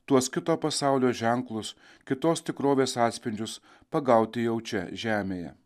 tuos kito pasaulio ženklus kitos tikrovės atspindžius pagauti jau čia žemėje